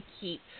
keep